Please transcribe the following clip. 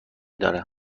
داره